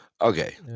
Okay